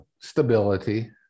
stability